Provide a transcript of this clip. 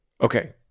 Okay